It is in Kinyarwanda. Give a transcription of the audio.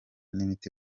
n’imiti